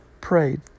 prayed